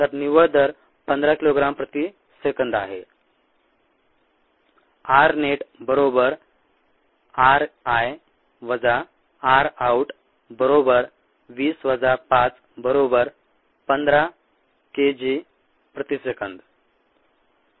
तर निव्वळ दर 15 किलोग्राम प्रति सेकंद आहे